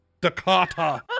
Dakota